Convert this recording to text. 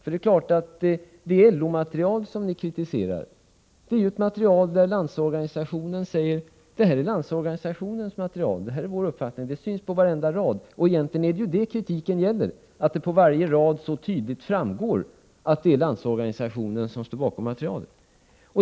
Det LO-material ni kritiserar är ett material där Landsorganisationen säger: Det här är Landsorganisationens uppfattning; det syns på varenda rad, och kritiken gäller egentligen just att det på varje rad så tydligt framgår att Landsorganisationen står bakom materialet.